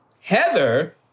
Heather